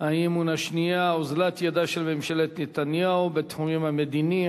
האי-אמון השנייה: אוזלת ידה של ממשלת נתניהו בתחום המדיני,